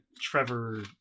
Trevor